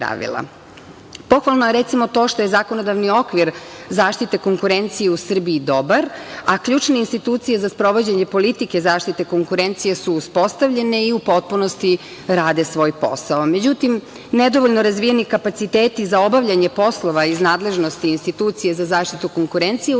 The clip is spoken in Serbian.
pravila. Pohvalno je, recimo, to što je zakonodavni okvir zaštite konkurencije u Srbiji dobar, a ključne institucije za sprovođenje politike zaštite konkurencije su uspostavljene i u potpunosti rade svoj posao. Međutim, nedovoljno razvijeni kapaciteti za obavljanje poslova iz nadležnosti institucije za zaštitu konkurencije